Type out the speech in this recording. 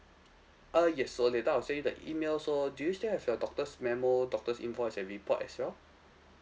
uh yes so later I'll send you the email so do you still have your doctor's memo doctor's invoice and report as well